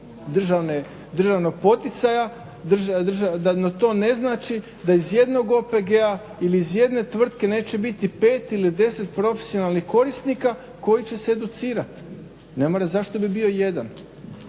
državnog poticaja, da to ne znači da iz jednog OPG-a ili iz jedne tvrtke neće biti pet ili deset profesionalnih korisnika koji će se educirati. Ne mora, zašto bi bio jedan.